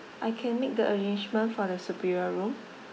I can make the arrangement for the superior room